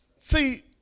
See